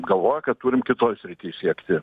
galvoja kad turim kitoj srity siekti